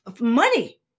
money